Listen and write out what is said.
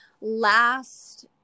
last